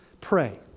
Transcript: pray